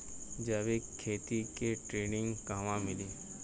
जैविक खेती के ट्रेनिग कहवा मिली?